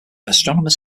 astronomers